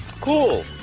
Cool